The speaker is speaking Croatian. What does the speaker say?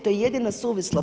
To je jedina suvisla.